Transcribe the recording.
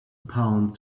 palm